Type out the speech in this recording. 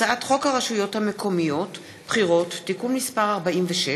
הצעת חוק הרשויות המקומיות (בחירות) (תיקון מס' 46)